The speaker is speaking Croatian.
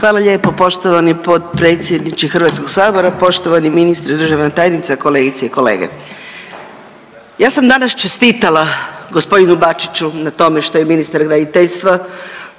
Hvala lijepo poštovani potpredsjedniče HS, poštovani ministre, državna tajnica, kolegice i kolege. Ja sam danas čestitala g. Bačiću na tome što je ministar graditeljstva